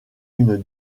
une